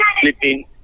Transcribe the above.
sleeping